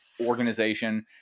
organization